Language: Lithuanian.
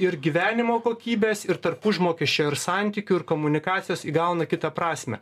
ir gyvenimo kokybės ir tarp užmokesčio ir santykių ir komunikacijos įgauna kitą prasmę